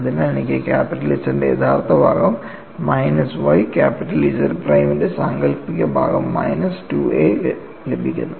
അതിനാൽ എനിക്ക് capital Z ന്റെ യഥാർത്ഥ ഭാഗം minus y capital Z prime ന്റെ സാങ്കൽപ്പിക ഭാഗം മൈനസ് 2A ലഭിക്കുന്നു